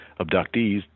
abductees